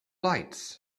lights